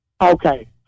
Okay